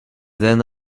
then